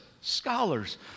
scholars